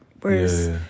Whereas